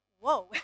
whoa